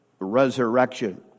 resurrection